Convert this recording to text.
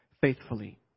faithfully